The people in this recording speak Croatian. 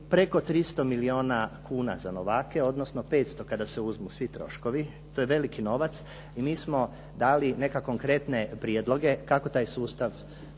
preko 300 milijuna kuna za novake, odnosno 500 kada se uzmu svi troškovi. To je veliki novac i mi smo dali konkretne prijedloge kako taj sustav